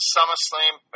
SummerSlam